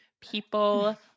people